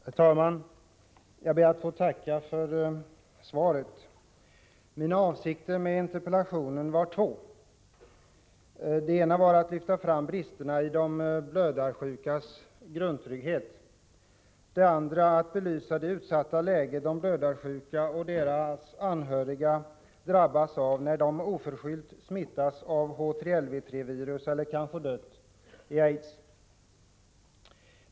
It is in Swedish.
Herr talman! Jag ber att få tacka för svaret. Mina avsikter med interpellationen var två. Den ena var att lyfta fram bristerna i de blödarsjukas grundtrygghet, den andra att belysa det utsatta läge de blödarsjuka och deras anhöriga drabbas av när de oförskyllt smittats av HTLV-III-virus eller kanske dött i aids.